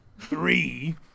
Three